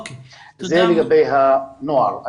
זה לגבי הנוער.